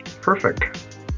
Perfect